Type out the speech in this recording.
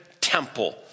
temple